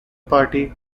party